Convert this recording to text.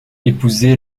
épousé